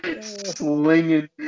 slinging